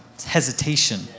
Hesitation